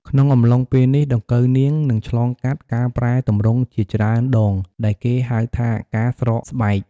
ក្នុងអំឡុងពេលនេះ ដង្កូវនាងនឹងឆ្លងកាត់ការប្រែទម្រង់ជាច្រើនដង ដែលគេហៅថាការស្រកស្បែក។